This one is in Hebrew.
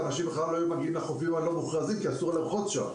אנשים בכלל לא היו מגיעים לחופים הלא מוכרזים שאסור לרחוק בהם.